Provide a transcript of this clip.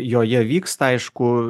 joje vyksta aišku